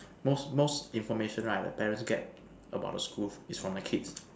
most most information right the parents get about the school is from the kids